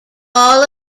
all